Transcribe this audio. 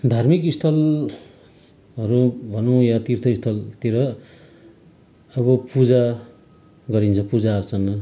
धार्मिक स्थलहरू भनूँ या तीर्थ स्थलतिर अब पूजा गरिन्छ पूजा अर्चना